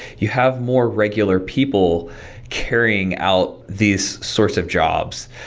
you have more regular people carrying out these sorts of jobs.